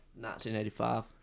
1985